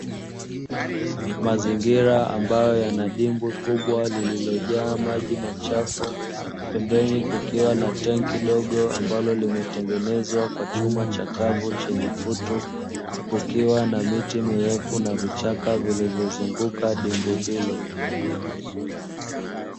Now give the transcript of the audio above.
Mazingira ambayo yana dimbwi kubwa lililojaa maji machafu, pembeni kukiwa na tangi dogo ambalo limetengenezwa kwa chuma chakavu chenye kutu, kukiwa na miti mirefu na vichaka vilivyozunguka dimbwi hilo.